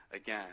again